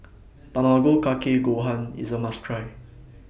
Tamago Kake Gohan IS A must Try